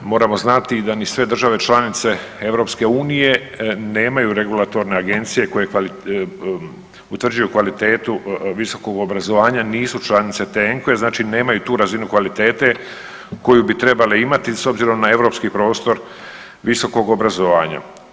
Moramo znati da ni sve države članice EU nemaju regulatorne agencije koje utvrđuju kvalitetu visokog obrazovanja nisu članice te ENKVA-e, znači nemaju tu razinu kvalitete koju bi trebale imati s obzirom na europski prostor visokog obrazovanja.